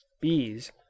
Bees